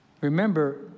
Remember